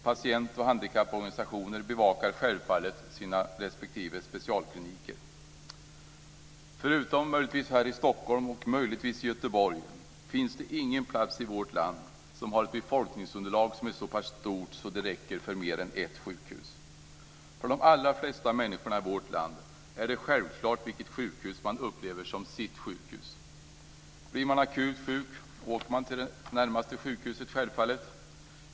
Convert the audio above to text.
Patient och handikapporganisationer bevakar självfallet sina respektive specialkliniker. Förutom möjligtvis här i Stockholm och möjligtvis i Göteborg finns det ingen plats i vårt land som har ett befolkningsunderlag som är så pass stort att det räcker för mer än ett sjukhus. För de allra flesta människorna i vårt land är det självklart vilket sjukhus man upplever som sitt sjukhus. Blir man akut sjuk åker man självfallet till det närmaste sjukhuset.